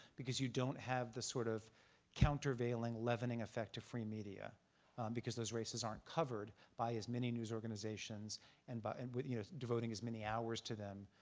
because you don't have the sort of countervailing leavening effect of free media because those races aren't covered by as many news organizations and but and you know devoting as many hours to them.